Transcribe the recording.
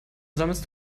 sammelst